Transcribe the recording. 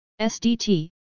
SDT